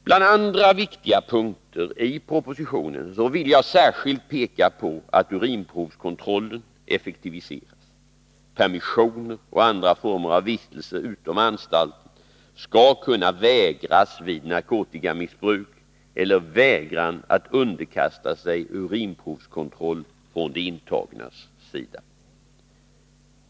Bland andra viktiga punkter i propositionen vill jag särskilt peka på att urinprovskontrollen effektiviseras. Permissioner och andra former av vistelse utom anstalt skall kunna vägras vid narkotikamissbruk eller vägran från den intagnes sida att underkasta sig urinprovskontroll.